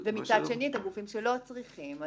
ומצד שני את הגופים שלא צריכים.